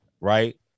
Right